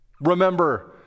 Remember